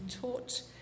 taught